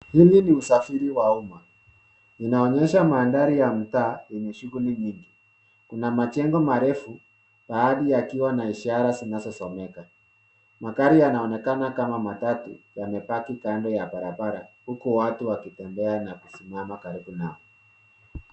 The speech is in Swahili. Hili ni usafiri wa umma, linaonyesha mandhari ya mtaa, yenye shughuli nyingi. Kuna majengo marefu, baadhi yakiwa na ishara zinazosomeka, magari yanaonekana kama matatu, yamepaki kando ya barabara, huku watu wakitembea na kusimama karibu nao.